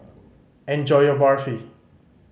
enjoy your Barfi